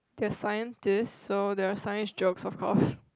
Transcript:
there are scientists so there are science jokes of course